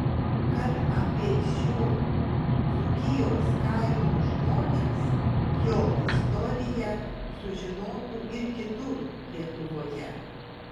kad apie šio dzūkijos kaimo žmones jo istoriją sužinotų ir kitur lietuvoje